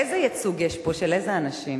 איזה ייצוג יש פה, של איזה אנשים?